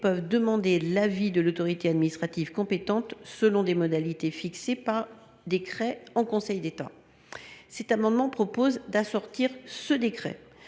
peuvent demander l’avis de l’autorité administrative compétente, selon des modalités fixées par décret en Conseil d’État. Il convient d’assortir ce décret